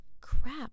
crap